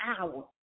hour